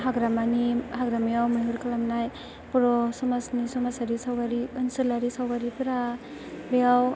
हाग्रामायाव मैहुर खालामनाय बर' समाजनि समाजारि सावगारि ओनसोलारि सावगारिफोरा बेयाव